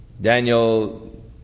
Daniel